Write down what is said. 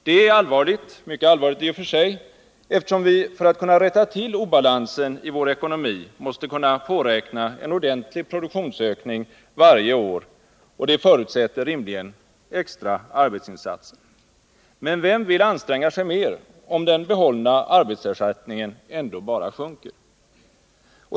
Detta är mycket allvarligt i och för sig, eftersom vi för att kunna rätta obalansen i vår ekonomi måste kunna påräkna en ordentlig produktionsökning varje år, och det förutsätter rimligen extra arbetsinsatser. Men vem vill anstränga sig mer, om den behållna arbetsersättningen ändå bara sjunker?